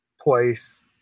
place